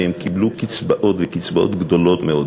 והם קיבלו קצבאות וקצבאות גדולות מאוד,